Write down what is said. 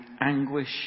anguish